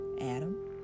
Adam